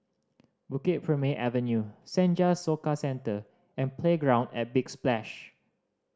Bukit Purmei Avenue Senja Soka Centre and Playground at Big Splash